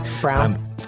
Brown